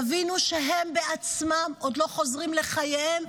תבינו שהם בעצמם עוד לא חוזרים לחייהם